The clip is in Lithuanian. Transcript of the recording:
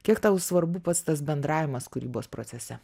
kiek tau svarbu pats tas bendravimas kūrybos procese